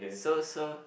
so so